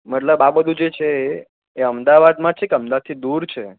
મતલબ આ બધું જે છે એ એ અમદાવાદમાં છે કે અમદાવાદથી દૂર છે